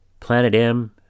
planetm